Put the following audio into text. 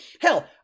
Hell